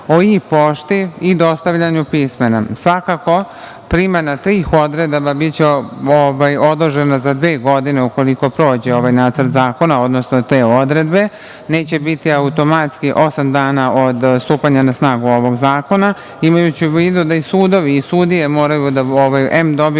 o i-pošti i dostavljanju pismena. Svakako, primena tih odredaba biće odložena za dve godine, ukoliko prođe ovaj nacrt zakona, odnosno te odredbe. Neće biti automatski osam dana od stupanja na snagu ovog zakona, imajući u vidu da i sudovi i sudije moraju da em dobiju